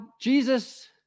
Jesus